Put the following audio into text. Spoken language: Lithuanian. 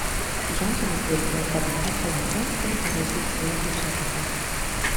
džonsonas vilkėjo prabangiu chalatu ir buvo įsispyręs į šlepetes